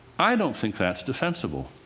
i don't think that's defensible.